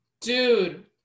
Dude